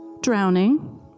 Drowning